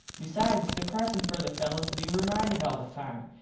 besides its depresin for the fellos to be reminded all the time.